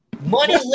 money